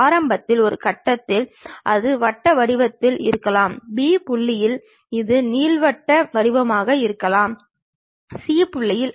பல தோற்ற எறியத்தில் முன் பக்கம் மேல் பக்கம் பக்கவாட்டு தோற்றம் பின்பக்கத் தோற்றம் போன்ற பல தோற்றங்கள் கிடைக்கும்